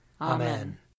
Amen